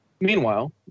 Meanwhile